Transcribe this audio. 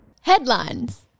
Headlines